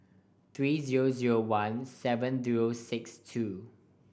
three zero zero one seven zero six two